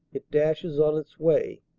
it dashes on its way,